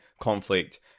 conflict